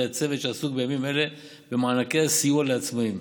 ידי הצוות שעסוק בימים אלה במענקי הסיוע לעצמאים.